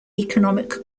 economic